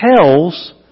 tells